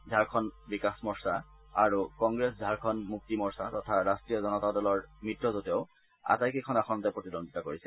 ঝাৰখণ্ড বিকাশ মৰ্চা আৰু কংগ্ৰেছ ঝাৰখণ্ড মুক্তি মৰ্চা তথা ৰাষ্ট্ৰীয় জনতা দলৰ মিত্ৰজোঁটেও আটাইকেইখন আসনতে প্ৰতিদ্বন্দ্বিতা কৰিছে